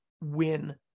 win